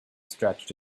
stretched